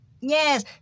yes